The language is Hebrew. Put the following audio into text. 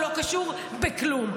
הוא לא קשור בכלום.